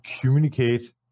communicate